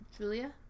julia